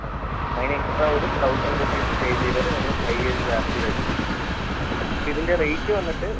okay അതിന് extra ഒരു thousand rupees pay ചെയ്താൽ നമ്മൾ ഫൈവ് ഇയേർസ് വാറണ്ടി വരുന്നുണ്ട് ഇപ്പം ഇതിൻ്റെ റേറ്റ് വന്നിട്ട്